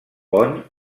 pont